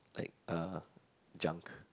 like uh junk